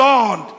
Lord